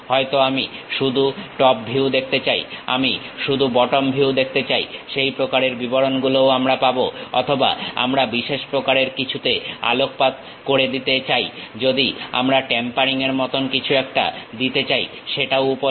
হয়তো আমি শুধু টপ ভিউ দেখতে চাই আমি শুধু বটম ভিউ দেখতে চাই সেই প্রকারের বিবরণ গুলোও আমরা পাবো অথবা আমরা বিশেষ প্রকারের কিছুতে আলোকপাত করে দিতে চাই যদি আমরা ট্যাপারিং এর মত কিছু একটা দিতে চাই সেটাও উপলব্ধ